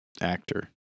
Actor